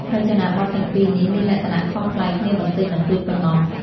រចនាបថទាំងពីរនេះមានលក្ខណៈខុសប្លែកគ្នាបន្តិចបន្តួចប៉ុណ្ណោះ។